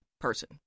person